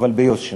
אבל ביושר.